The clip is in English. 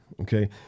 Okay